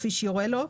כפי שיורה לו,